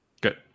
good